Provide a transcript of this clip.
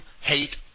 hate